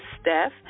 Steph